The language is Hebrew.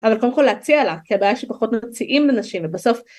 אבל קודם כל להציע לה כי הבעיה שפחות מציעים לנשים ובסוף